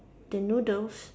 the noodles